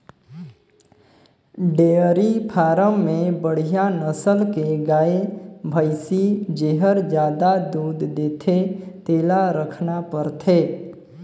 dairy farm में बड़िहा नसल के गाय, भइसी जेहर जादा दूद देथे तेला रखना परथे